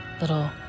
little